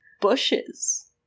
bushes